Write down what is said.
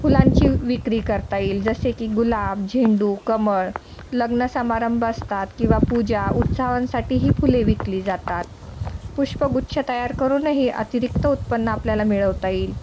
फुलांची विक्री करता येईल जसे की गुलाब झेंडू कमळ लग्न समारंभ असतात किंवा पूजा उत्सवांसाठीही फुले विकली जातात पुष्पगुच्छ तयार करूनही अतिरिक्त उत्पन्न आपल्याला मिळवता येईल